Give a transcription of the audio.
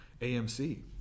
AMC